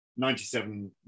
97